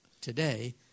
today